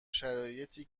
شرایطی